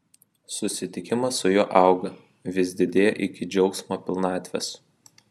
susitikimas su juo auga vis didėja iki džiaugsmo pilnatvės